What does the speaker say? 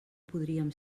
podríem